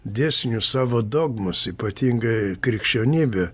dėsnius savo dogmas ypatingai krikščionybė